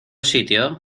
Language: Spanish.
sitio